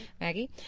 maggie